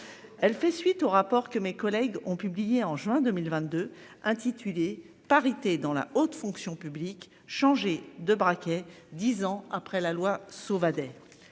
Elle fait suite au rapport que mes collègues ont publié en juin 2022, intitulé parité dans la haute fonction publique. Changer de braquet. 10 ans après la loi Sauvadet.